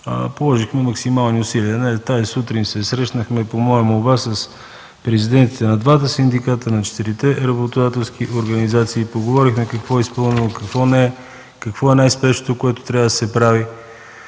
положихме максимални усилия. Тази сутрин, по моя молба, се срещнахме с президентите на двата синдиката, на четирите работодателски организации, поговорихме какво е изпълнено, какво – не е, какво е най-спешното, което трябва да се прави.